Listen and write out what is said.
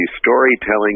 storytelling